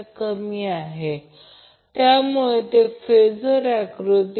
तर ही आकृती 15 आहे म्हणून ही फेजर आकृती आहे